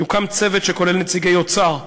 יוקם צוות שכולל נציגי האוצר,